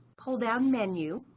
pull down menu